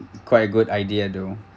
quite a good idea though